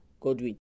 Godwin